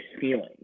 feeling